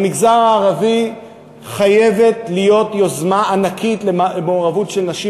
במגזר הערבי חייבת להיות יוזמה ענקית למען מעורבות של נשים